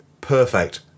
Perfect